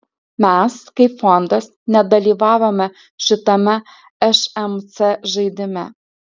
mes kaip fondas nedalyvavome šitame šmc žaidime